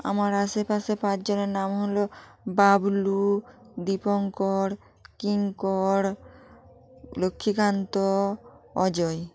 আমার আশেপাশে পাঁচজনের নাম হল বাবলু দীপঙ্কর কিঙ্কর লক্ষ্মীকান্ত অজয়